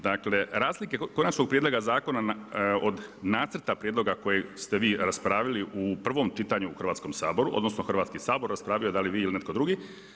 Dakle, razlike konačnog prijedloga zakona od nacrta prijedloga koji ste vi raspravili u prvom čitanju u Hrvatskom saboru, odnosno Hrvatski sabor je raspravljao, da li vi ili netko drugi.